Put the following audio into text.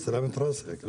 סַלַאמֵת רַאסַכּ.